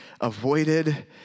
avoided